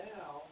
Now